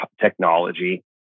technology